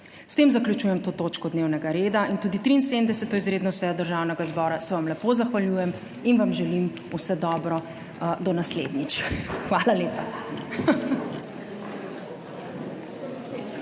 S tem zaključujem to točko dnevnega reda in tudi 73. izredno sejo Državnega zbora. Se vam lepo zahvaljujem in vam želim vse dobro do naslednjič. Hvala lepa.